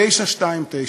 929,